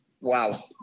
Wow